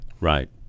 Right